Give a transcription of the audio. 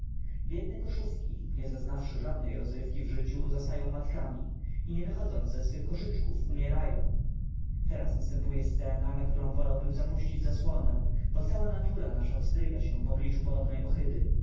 biedne koszówki nie zaznawszy żadnej rozrywki w życiu zostają matkami i nie wychodząc ze swych koszyczków umierają umierają teraz następuje scena na którą wolałbym zapuścić zasłonę bo cala natura nasza wzdryga się w obliczu podobnej ohydy